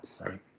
right